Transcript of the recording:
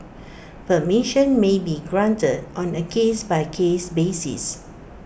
permission may be granted on A case by case basis